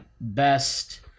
best